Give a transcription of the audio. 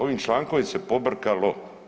Ovim člankom se pobrkalo.